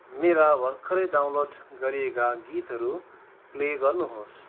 मेरा भर्खरै डाउनलोड गरिएका गीतहरू प्ले गर्नुहोस्